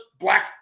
Black